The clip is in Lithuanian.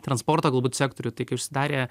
transporto galbūt sektorių tai kai užsidarė